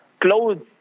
clothes